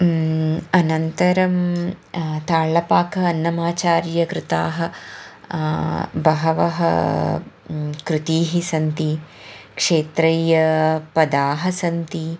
अनन्तरं ताळपाक अन्नमाचार्यकृताः बहवः कृतयः सन्ति क्षेत्रय्य पदाः सन्ति